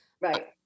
right